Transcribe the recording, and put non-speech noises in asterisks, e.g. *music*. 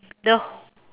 the *noise*